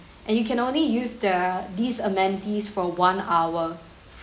and you can only use the these amenities for one hour